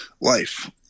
life